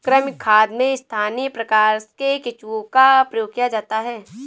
कृमि खाद में स्थानीय प्रकार के केंचुओं का प्रयोग किया जाता है